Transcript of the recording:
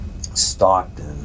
Stockton